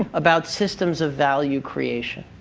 about systems of value creation,